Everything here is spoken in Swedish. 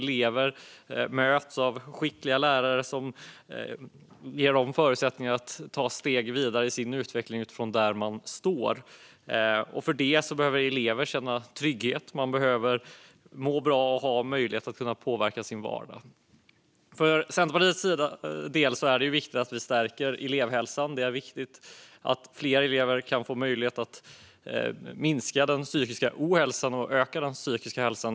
Elever ska mötas av skickliga lärare som ger dem förutsättningar att ta steg vidare i sin utveckling utifrån var de står. För detta behöver elever känna trygghet, må bra och ha möjlighet att påverka sin vardag. För Centerpartiets del är det viktigt att vi stärker elevhälsan. Det är viktigt att fler elever kan få möjlighet att minska den psykiska ohälsan och öka den psykiska hälsan.